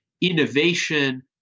innovation